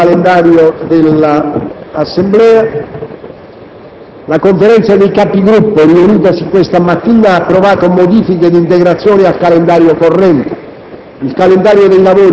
Passiamo ora al calendario dei lavori dell'Assemblea. La Conferenza dei Capigruppo, riunitasi questa mattina, ha approvato modifiche e integrazioni al calendario corrente.